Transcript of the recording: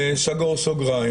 סגור סוגריים.